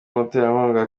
umuterankunga